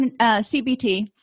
CBT